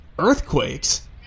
earthquakes